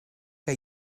que